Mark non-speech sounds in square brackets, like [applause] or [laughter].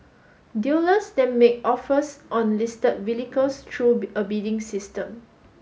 dealers then make offers on listed vehicles through [unintelligible] a bidding system